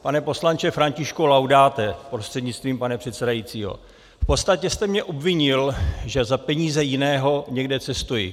Pane poslanče Františku Laudáte prostřednictvím pana předsedajícího, v podstatě jste mě obvinil, že za peníze jiného někde cestuji.